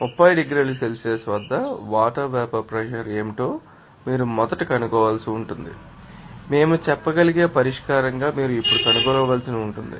30 డిగ్రీల సెల్సియస్ వద్ద water vapour pressure ఏమిటో మీరు మొదట కనుగొనవలసి ఉందని మేము చెప్పగలిగే పరిష్కారంగా మీరు ఇప్పుడు కనుగొనవలసి ఉంది